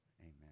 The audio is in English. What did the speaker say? Amen